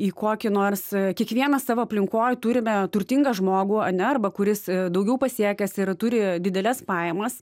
į kokį nors kiekvienas savo aplinkoje turime turtingą žmogų ane arba kuris daugiau pasiekęs yra turi dideles pajamas